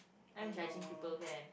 I know